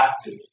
active